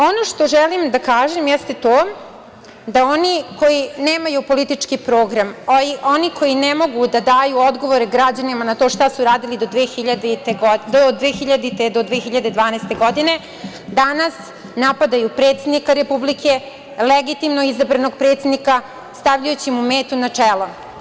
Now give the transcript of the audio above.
Ono što želim da kažem jeste to da oni koji nemaju političke program, oni koji ne mogu da daju odgovore građanima na to šta su radili do 2012. godine, danas napadaju predsednika Republike, legitimno izabranog predsednika, stavljajući mu metu na čelo.